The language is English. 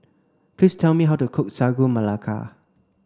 please tell me how to cook Sagu Melaka